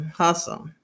hustle